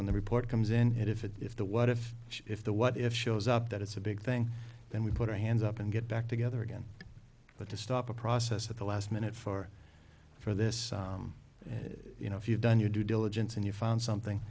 when the report comes in and if it if the what if if the what if shows up that it's a big thing and we put our hands up and get back together again but to stop the process at the last minute for for this and you know if you've done your due diligence and you found something